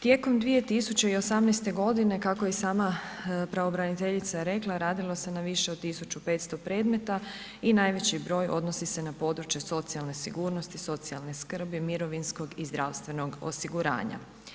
Tijekom 2018. godine kako je i sama pravobraniteljica rekla radilo se na više od tisuću 500 predmeta i najveći broj odnosi se na područje socijalne sigurnosti, socijalne skrbi, mirovinskog i zdravstvenog osiguranja.